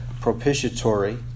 propitiatory